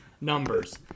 numbers